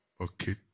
Okay